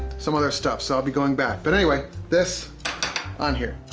some other stuff so i'll be going back. but anyway, this on here.